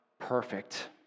perfect